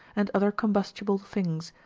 and other combustible things,